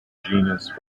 genus